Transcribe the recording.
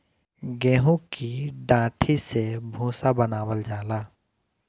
गेंहू की डाठी से भूसा बनावल जाला